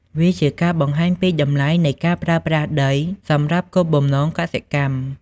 វាជាការបង្ហាញពីតម្លៃនៃការប្រើប្រាស់ដីសម្រាប់គោលបំណងកសិកម្ម។